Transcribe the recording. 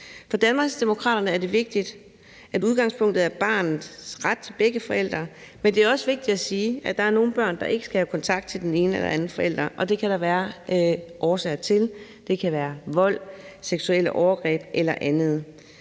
For Danmarksdemokraterne er det vigtigt, at udgangspunktet er barnets ret til begge forældre. Men det er også vigtigt at sige, at der er nogle børn, der ikke skal have kontakt til den ene eller den anden forælder, og det kan der være årsager til. Det kan være vold, seksuelle overgreb eller andet.